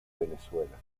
venezuela